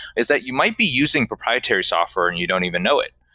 is that you might be using proprietary software and you don't even know it.